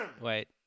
wait